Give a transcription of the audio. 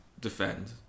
defend